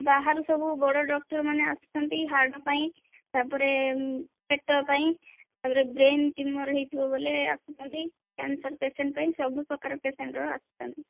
ବାହାରୁ ସବୁ ବଡ଼ ଡକ୍ଟର ମାନେ ଆସୁଛନ୍ତି ହାର୍ଟ ପାଇଁ ତା'ପରେ ପେଟ ପାଇଁ ତା'ପରେ ବ୍ରେନ ଟ୍ୟୁମର ହୋଇଥିବ ବୋଇଲେ ଆସୁଛନ୍ତି କ୍ୟାନସର ପେସେଣ୍ଟ ପାଇଁ ସବୁ ପ୍ରକାର ପେସେଣ୍ଟର ଆସୁଛନ୍ତି